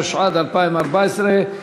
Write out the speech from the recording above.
התשע"ד 2014,